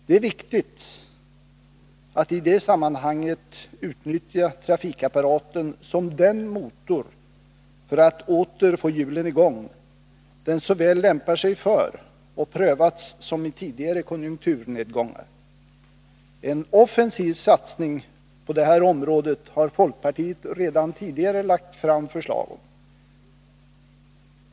Det är viktigt att i det sammanhanget utnyttja trafikapparaten som den motor för att åter få hjulen i gång som den så väl lämpar sig för att vara och i tidigare konjunkturnedgångar visat sig vara. En offensiv satsning på detta område har folkpartiet redan tidigare lagt fram förslag om.